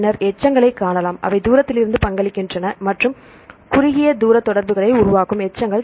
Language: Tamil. பின்னர் எச்சங்களை காணலாம் அவை தூரத்திலிருந்து பங்களிக்கின்றன மற்றும் குறுகிய தூர தொடர்புகளை உருவாக்கும் எச்சங்கள்